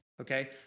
Okay